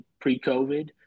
pre-COVID